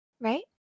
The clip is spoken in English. right